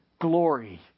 glory